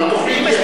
אבל התוכנית היא,